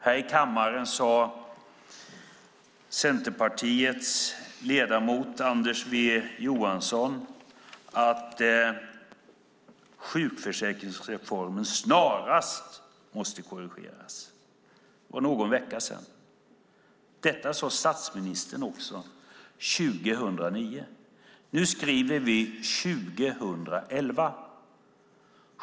Här i kammaren sade Centerpartiets ledamot Anders W Jonsson för någon vecka sedan att sjukförsäkringsreformen snarast måste korrigeras. Detta sade också statsministern 2009. Nu skriver vi 2011.